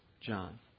John